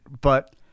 But-